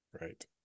right